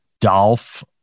Dolph